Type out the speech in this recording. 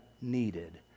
needed